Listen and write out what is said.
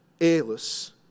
airless